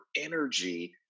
energy